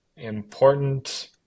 important